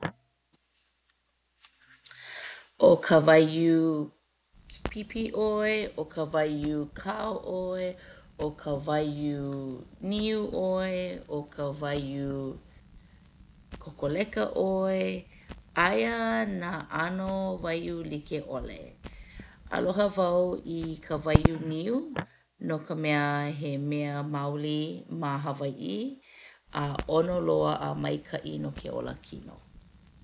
ʻO ka waiū pipi ʻoe, ʻo ka waiū kao ʻoe, ʻo ka waiū niu ʻoe, ʻo ka waiū kokoleka ʻoe, aia nā ʻano waiū like ʻole. Aloha wau i ka waiū niu no ka mea he mea maoli ma Hawaiʻi a ʻono loa a maikaʻi no ke olakino.